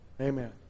Amen